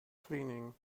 cleaning